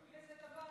לא,